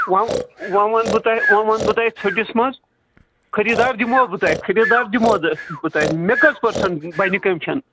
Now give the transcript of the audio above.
وۅنۍ وۅنۍ وَنہٕ بہٕ تۄہہِ وۅنۍ وَنہٕ بہٕ تۄہہِ ژھۅٹِس منٛز خریٖدار دِمہو بہٕ تۄہہِ خریٖدار دِمہو بہٕ تۄہہِ مےٚ کٔژ پٔرسَنٛٹ بَنہِ کٔمشَن